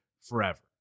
forever